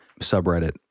subreddit